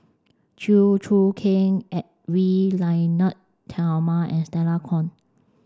Chew Choo Keng Edwy Lyonet Talma and Stella Kon